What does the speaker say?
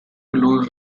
lose